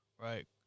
right